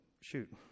Shoot